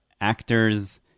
actors